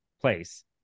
place